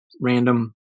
random